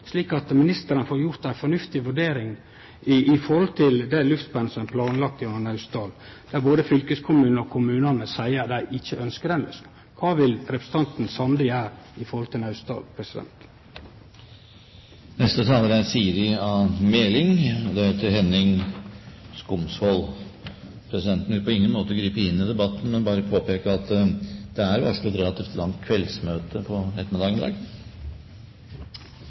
slik at ministeren får gjort ei fornuftig vurdering av det luftspennet som er planlagt gjennom Naustdal, når både fylkeskommunen og kommunane seier at dei ikkje ønskjer det? Kva vil representanten Sande gjere når det gjeld Naustdal? Presidenten vil på ingen måte gripe inn i debatten, men bare påpeke at det er varslet et relativt langt kveldsmøte i dag. Jeg ba om ordet etter innlegget som representanten Snorre Valen holdt, hvor han går høyt på